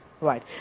Right